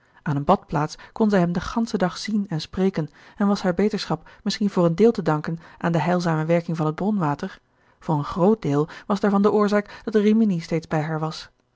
aan eene badplaats kon zij hem den ganschen dag zien en spreken en was hare beterschap misschien voor een deel te danken aan de heilzame werking van het bronwater voor een groot deel was daarvan de oorzaak dat rimini steeds bij haar was